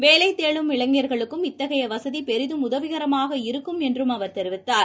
வேலைதேடும் இளைஞர்களுக்கும் இத்தகையவசதிபெரிதும் உதவிகரமாக இருக்கும் என்றும் அவர் தெரிவித்தார்